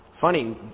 Funny